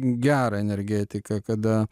gerą energetiką kada